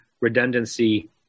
redundancy